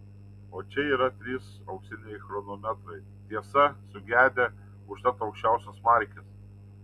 o čia yra trys auksiniai chronometrai tiesa sugedę užtat aukščiausios markės